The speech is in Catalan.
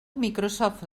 microsoft